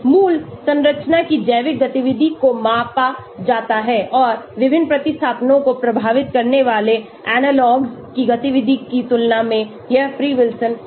मूल संरचना की जैविक गतिविधि को मापा जाता है और विभिन्न प्रतिस्थापनों को प्रभावित करने वाले एनालॉग्स की गतिविधि की तुलना में यह फ्री विल्सन है